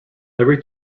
every